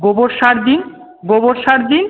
গোবর সার দিন গোবর সার দিন